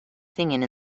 singing